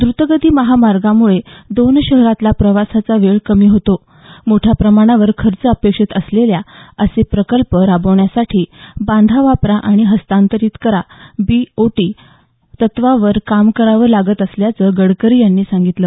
द्रतगती महामार्गांमुळे दोन शहरातला प्रवासाचा वेळ कमी होतो मोठ्या प्रमाणावर खर्च अपेक्षित असलेले असे प्रकल्प राबवण्यासाठी बांधा वापरा आणि हस्तांतरित करा बीओटी तत्वावर काम करावं लागत असल्याचं गडकरी यांनी सांगितलं